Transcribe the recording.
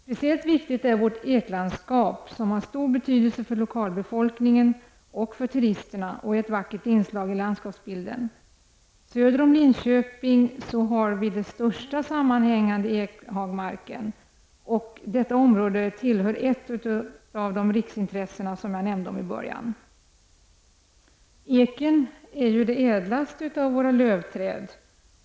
Speciellt viktigt är vårt eklandskap, som har stor betydelse för lokalbefolkningen och turisterna och är ett vackert inslag i landskapsbilden. Söder om Linköping har vi den största sammanhängande ekhagmarken. Det området är ett av de riksintressen jag nämnde i början. Eken är det ädlaste av våra lövträd.